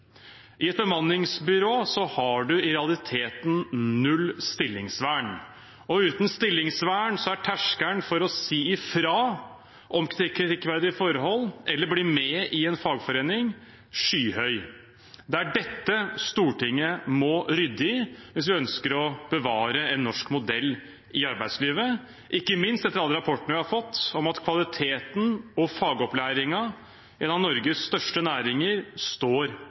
I et bemanningsbyrå har en i realiteten null stillingsvern, og uten stillingsvern er terskelen for å si fra om kritikkverdige forhold eller å bli med i en fagforening skyhøy. Det er dette Stortinget må rydde i hvis vi ønsker å bevare en norsk modell i arbeidslivet, ikke minst etter alle rapportene vi har fått om at kvaliteten på og fagopplæringen i en av Norges største næringer står